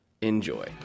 Enjoy